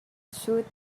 suit